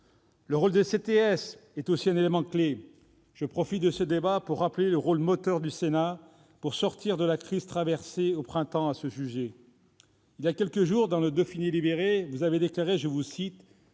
Le rôle des CTS est aussi un élément clé. Je profite de ce débat pour rappeler le rôle moteur du Sénat pour sortir de la crise traversée au printemps à ce sujet. Il y a quelques jours, dans le, vous avez déclaré vouloir